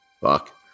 fuck